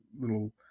little